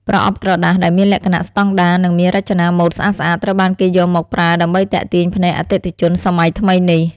ប្រអប់ក្រដាសដែលមានលក្ខណៈស្តង់ដារនិងមានរចនាម៉ូដស្អាតៗត្រូវបានគេយកមកប្រើដើម្បីទាក់ទាញភ្នែកអតិថិជនសម័យថ្មីនេះ។